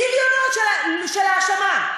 גיליונות של האשמה,